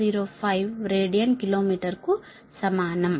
00105 radian కిలో మీటరుకు సమానం